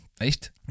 Echt